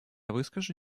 выскажу